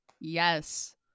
Yes